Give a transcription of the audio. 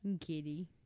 Kitty